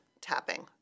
tapping